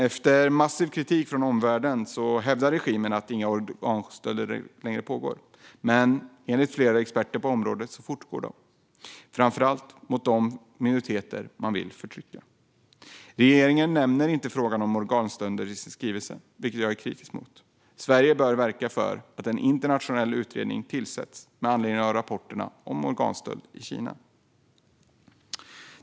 Efter massiv kritik från omvärlden hävdar regimen att organstöld inte längre pågår, men enligt flera experter på området fortgår organstölden, framför allt från de förtryckta minoriteterna. Regeringen nämner inte frågan om organstölder i sin skrivelse, vilket jag är kritisk mot. Sverige bör verka för att en internationell utredning tillsätts med anledning av rapporterna om organstöld i Kina.